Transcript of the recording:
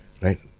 right